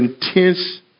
intense